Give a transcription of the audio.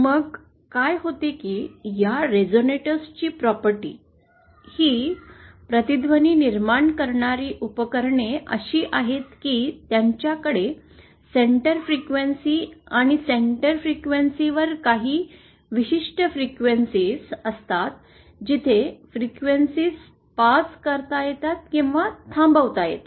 मग काय होते की या रेझोनेटर्सची प्रॉपर्टी ही प्रतिध्वनी निर्माण करणारी उपकरणे अशी आहेत की त्यांच्याकडे शंटर फ्रिक्वेन्सी आणि शंटर फ्रिक्वेन्सी वर काही विशिष्ट फ्रिक्वेन्सीस असतात जिथे फ्रिक्वेन्सीस पास करता येतात किंवा थांबवता येतात